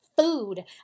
food